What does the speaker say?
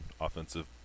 offensive